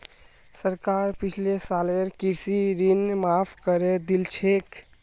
सरकार पिछले सालेर कृषि ऋण माफ़ करे दिल छेक